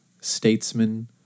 Statesman